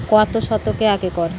কত শতকে এক একর?